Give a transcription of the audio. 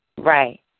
Right